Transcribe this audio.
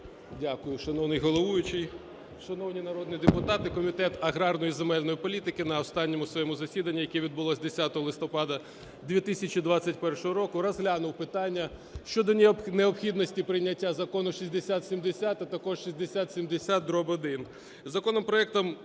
Дякую. Шановний головуючий, шановні народні депутати! Комітет аграрної і земельної політики на останньому своєму засіданні, яке відбулося 10 листопада 2021 року, розглянув питання щодо необхідності прийняття Закону 6070, а також 6070-1. Законопроектом